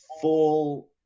full